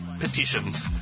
petitions